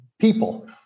people